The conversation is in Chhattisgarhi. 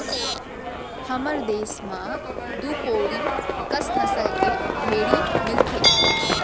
हमर देस म दू कोरी कस नसल के भेड़ी मिलथें